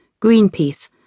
Greenpeace